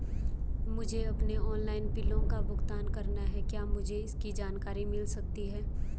मुझे अपने ऑनलाइन बिलों का भुगतान करना है क्या मुझे इसकी जानकारी मिल सकती है?